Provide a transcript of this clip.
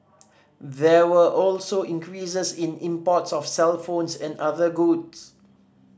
there were also increases in imports of cellphones and other goods